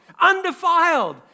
undefiled